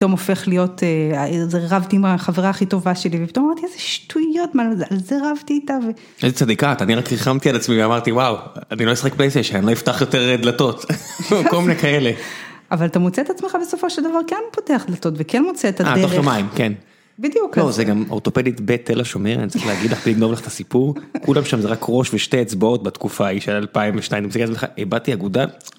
פתאום הופך להיות איזה רבתי עם החברה הכי טובה שלי ופתאום אמרתי איזה שטויות על זה רבתי איתה. איזה צדיקה את אני ריחמתי על עצמי אמרתי וואו אני לא אשחק פלייסטיישן אני לא אפתח יותר דלתות וכל מיני כאלה. אבל אתה מוצא את עצמך בסופו של דבר כן פותח דלתות וכן מוצא את הדרך. בדיוק. לא זה גם אורתופדית בתל השומר אני צריך להגיד לך בלי לגנוב לך את הסיפור, כולם שם זה רק ראש ושתי אצבעות בתקופה היא של 2002, אני בסך הכול איבדתי אגודל